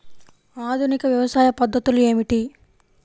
ఆధునిక వ్యవసాయ పద్ధతులు ఏమిటి?